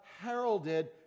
heralded